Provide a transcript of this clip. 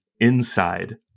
Inside